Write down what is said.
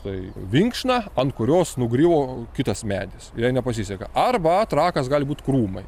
tai vinkšna ant kurios nugriuvo kitas medis ir jai nepasiseka arba trakas gali būt krūmai